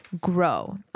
grow